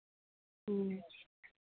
ह्म्म